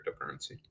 cryptocurrency